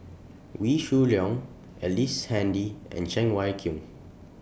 Wee Shoo Leong Ellice Handy and Cheng Wai Keung